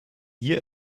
hier